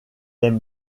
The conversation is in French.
aime